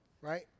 Right